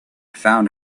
found